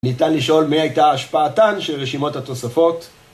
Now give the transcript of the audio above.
ניתן לשאול מה הייתה ההשפעתן של רשימות התוספות...